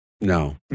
No